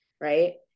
right